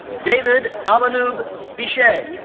david abanoub bishai.